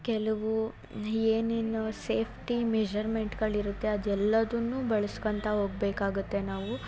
ಕೆಲವು ಏನೇನು ಸೇಫ್ಟಿ ಮೇಝರ್ಮೆಂಟ್ಗಳಿರುತ್ತೆ ಅದು ಎಲ್ಲದನ್ನು ಬಳ್ಸ್ಕಂತಾ ಹೋಗ್ಬೇಕಾಗತ್ತೆ ನಾವು